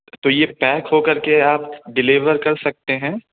تو یہ پیک ہو کر کے آپ ڈیلیور کر سکتے ہیں